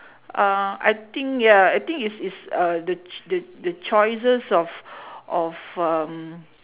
uh I think ya I think is is uh the the choices of of um